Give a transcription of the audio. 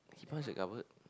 he punched that cupboard